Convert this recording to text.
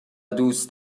دوست